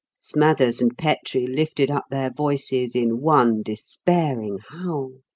smathers and petrie lifted up their voices in one despairing howl.